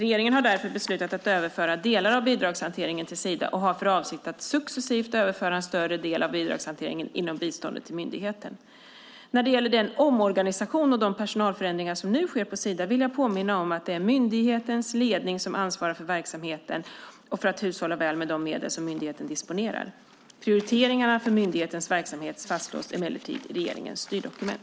Regeringen har därför beslutat att överföra delar av bidragshanteringen till Sida och har för avsikt att successivt överföra en större del av bidragshanteringen inom biståndet till myndigheten. När det gäller den omorganisation och de personalförändringar som nu sker på Sida vill jag påminna om att det är myndighetens ledning som ansvarar för verksamheten och för att hushålla väl med de medel som myndigheten disponerar. Prioriteringarna för myndighetens verksamhet fastslås emellertid i regeringens styrdokument.